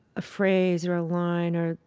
a phrase or a line or,